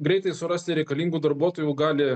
greitai surasti reikalingų darbuotojų gali